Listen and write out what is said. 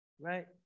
Right